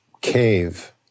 cave